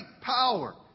power